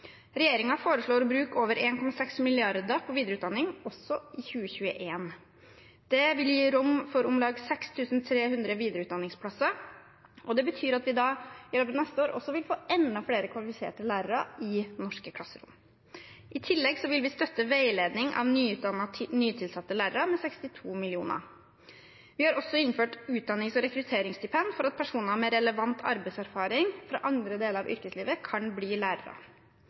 foreslår å bruke over 1,6 mrd. kr på videreutdanning i 2021. Dette vil gi rom for om lag 6 300 videreutdanningsplasser, og det betyr at vi neste år vil få enda flere kvalifiserte lærere i norske klasserom. I tillegg vil vi støtte veiledning av nyutdannede nytilsatte lærere med 62 mill. kr. Vi har også innført utdannings- og rekrutteringsstipend for at personer med relevant arbeidserfaring fra andre deler av yrkeslivet kan bli lærere.